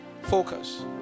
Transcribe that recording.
Focus